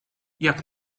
jak